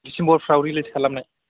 डिसेम्बरफ्राव release खालामनो